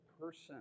person